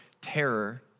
terror